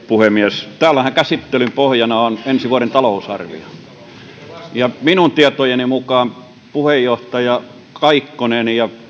puhemies täällähän käsittelyn pohjana on ensi vuoden talousarvio minun tietoni mukaan puheenjohtaja kaikkonen ja